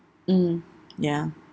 mm ya